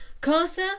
Carter